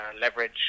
leverage